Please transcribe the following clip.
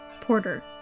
Porter